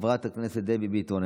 חברת הכנסת דבי ביטון,